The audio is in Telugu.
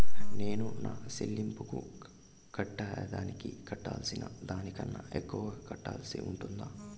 నేను నా సెల్లింపులకు కట్టేదానికి కట్టాల్సిన దానికన్నా ఎక్కువగా కట్టాల్సి ఉంటుందా?